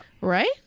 Right